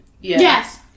Yes